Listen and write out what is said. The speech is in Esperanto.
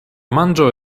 manĝo